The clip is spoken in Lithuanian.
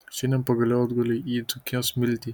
šiandien pagaliau atgulei į dzūkijos smiltį